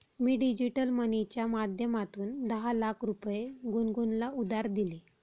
मी digital मनीच्या माध्यमातून दहा लाख रुपये गुनगुनला उधार दिले